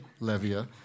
Levia